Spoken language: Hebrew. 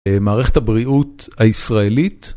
מערכת הבריאות הישראלית.